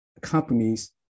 companies